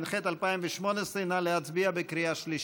התשע"ח 2018. נא להצביע בקריאה שלישית.